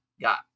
got